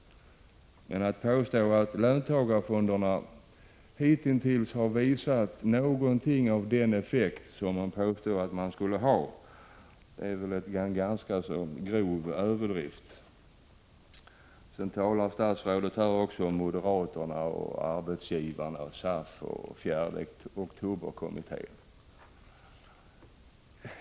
Men att påstå att löntagarfonderna hitintills har visat någonting av den effekt som man påstod att de skulle ha är väl en ganska grov överdrift. Statsrådet talar om moderaterna, arbetsgivarna, SAF och 4 oktoberkommittén.